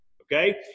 okay